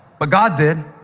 but god did.